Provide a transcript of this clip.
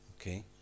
Okay